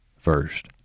First